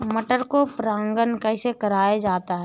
मटर को परागण कैसे कराया जाता है?